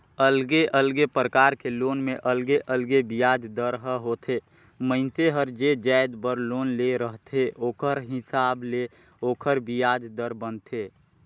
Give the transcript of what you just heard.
अलगे अलगे परकार के लोन में अलगे अलगे बियाज दर ह होथे, मइनसे हर जे जाएत बर लोन ले रहथे ओखर हिसाब ले ओखर बियाज दर बनथे